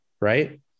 right